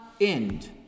end